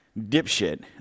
dipshit